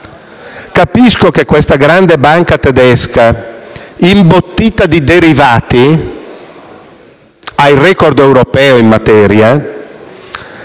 Capisco che questa grande banca tedesca, imbottita di derivati (ha il *record* europeo in materia),